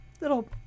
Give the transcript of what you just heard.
Little